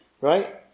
Right